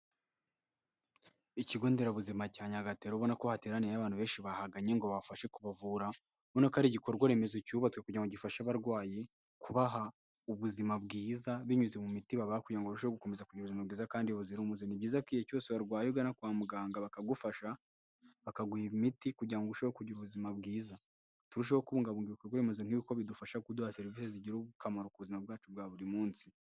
iIkigonderabuzima cya Nyagata ubona ko hateraniye abantu benshi bahaganye ngo babafashe kubavura, Ubona KO ari igikorwa remezo cyubatswe kugira ngo gifashe abarwayi kubaha ubuzima bwiza binyuze mu miti babaha bakwiye kugira ngo babashe gukomeza kugira ubuzima bwiza kandi buzira umuze. Ni byiza ko igihe cyose warwaye ugana kwa muganga bakagufasha, bakaguhara imiti kugira ngo urusheho kugira ubuzima bwiza. Turusheho kubungabunga ibikorwa remezo nk'ibi kuko bidufasha kuduha serivisi zigirira akamaro ku buzima bwacu bwa buri munsi.